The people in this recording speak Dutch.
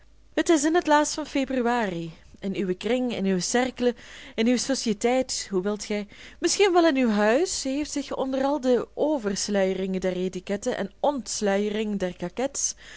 het is in het laatst van februari in uwen kring in uw cercle in uw sociëteit hoe wilt gij misschien wel in uw huis heeft zich onder al de oversluieringen der étiquette en ontsluieringen der